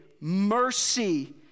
mercy